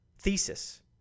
thesis